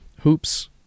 hoops